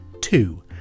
Two